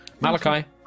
Malachi